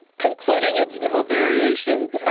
concluding its normal variations,